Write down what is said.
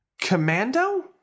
Commando